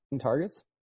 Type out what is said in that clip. Targets